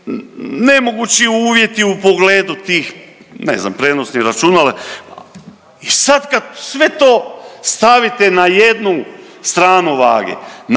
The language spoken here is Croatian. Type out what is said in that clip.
nemogući uvjeti u pogledu tih, ne znam, prijenosnih računala i sad kad sve to stavite na jednu stranu vage,